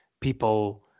people